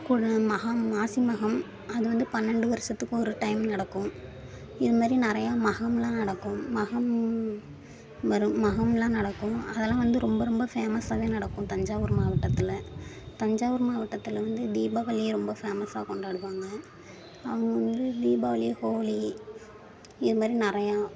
குட மகா மாசி மகம் அது வந்து பன்னெண்டு வருசத்துக்கு ஒரு டைம் நடக்கும் இது மாதிரி நிறையா மகம்லாம் நடக்கும் மகம் வரும் மகம்லாம் நடக்கும் அதெல்லாம் வந்து ரொம்ப ரொம்ப ஃபேமஸாகவே நடக்கும் தஞ்சாவூர் மாவட்டத்தில் தஞ்சாவூர் மாவட்டத்தில் வந்து தீபாவளி ரொம்ப ஃபேமஸாக கொண்டாடுவாங்க அவங்க வந்து தீபாவளி ஹோலி இது மாதிரி நிறையா